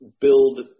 build